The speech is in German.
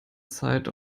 zeit